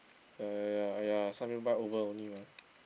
ya ya ya ya over only mah